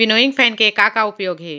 Winnowing fan के का का उपयोग हे?